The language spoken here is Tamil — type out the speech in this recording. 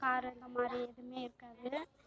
காரு அந்த மாதிரி எதுவுமே இருக்காது